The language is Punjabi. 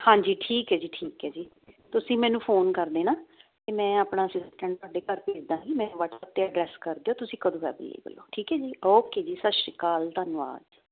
ਹਾਂਜੀ ਠੀਕ ਐ ਜੀ ਠੀਕ ਐ ਜੀ ਤੁਸੀਂ ਮੈਨੂੰ ਫੋਨ ਕਰ ਦੇਣਾ ਤੇ ਮੈਂ ਆਪਣਾ ਅਸਿਸਟੈਂਟ ਸਾਡੇ ਘਰ ਭੇਜ ਦਵਾਂਗੀ ਮੈਂ ਵਟਸਐਪ ਤੇ ਐਡਰੈਸ ਕਰ ਦਿਓ ਤੁਸੀਂ ਕਦੋਂ ਐਵੇਲੇਬਲ ਓ ਠੀਕ ਐ ਜੀ ਓਕੇ ਜੀ ਸਤਿ ਸ਼੍ਰੀ ਅਕਾਲ ਧੰਨਵਾਦ